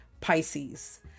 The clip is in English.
Pisces